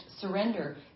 surrender